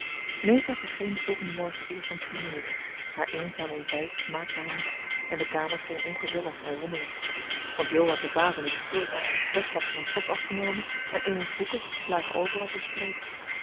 meta verscheen den volgenden morgen eerst om tien uur haar eenzaam ontbijt smaakte haar niet en de kamer scheen ongezellig en rommelig want jo had de vazen niet gevuld bets had geen stof afgenomen en amy's boeken lagen overal verspreid